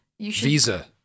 Visa